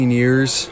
years